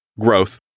growth